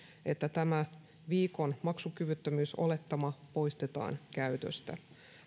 että tämä viikon maksukyvyttömyysolettama poistetaan käytöstä